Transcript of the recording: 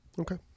okay